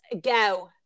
go